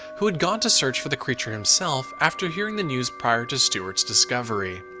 who had gone to search for the creature himself after hearing the news prior to stewert's discovery.